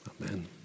Amen